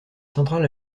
centrales